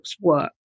work